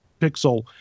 Pixel